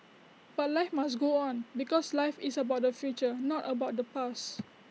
but life must go on because life is about the future not about the past